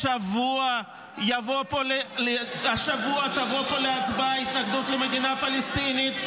השבוע תבוא פה להצבעה התנגדות למדינה פלסטינית,